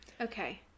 Okay